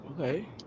okay